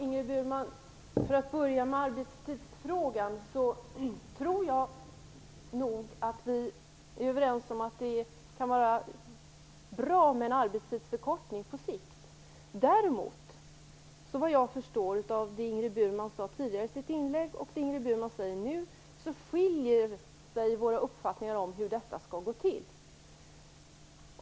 Fru talman! För att börja med arbetstidsfrågan så tror jag nog att vi är överens om att det kan vara bra med en arbetstidsförkortning på sikt. Av det jag förstår av vad Ingrid Burman sade tidigare i sitt inlägg och det hon säger nu skiljer sig däremot våra uppfattningar om hur detta skall gå till.